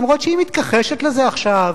גם אם היא מתכחשת לזה עכשיו.